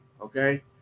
okay